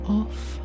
off